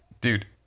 Dude